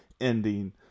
ending